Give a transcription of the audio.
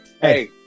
Hey